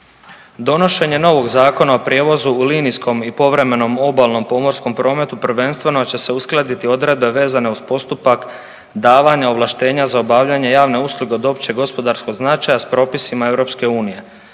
Donošenje novog Zakona o prijevozu u linijskom i povremenom obalnom pomorskom prometu prvenstveno će se uskladiti odredbe vezane uz postupak davanja ovlaštenja za obavljanje javne usluge od općeg gospodarskog značaja s propisima EU.